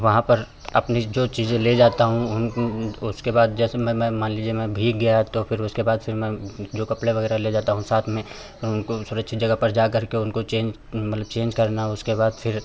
वहाँ पर अपनी जो चीज़ें ले जाता हूँ उसके बाद जैसे मैं मैं मान लीजिए मैं भीग गया तो फ़िर उसके बाद फ़िर मैं जो कपड़े वगैरह ले जाता हूँ साथ में उनको भी सुरक्षित जगह पर जाकर के उनको चेंज मतलब चेंज करना उसके बाद फ़िर